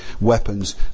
weapons